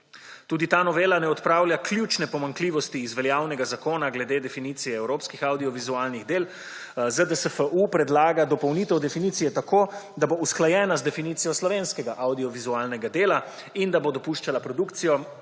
Tudi ta novela ne odpravlja ključne pomanjkljivosti iz veljavnega zakona glede definicije evropskih avdiovizualnih del. ZDSFU predlaga dopolnitev definicije tako, da bo usklajena z definicijo slovenskega avdiovizualnega dela in da bo dopuščala produkcijo